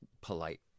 polite